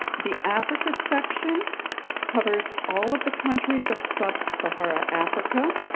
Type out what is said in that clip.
the africa section covers all of the countries of sub-saharan africa.